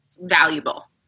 valuable